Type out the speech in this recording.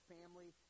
family